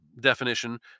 definition